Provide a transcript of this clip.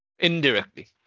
Indirectly